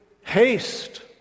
haste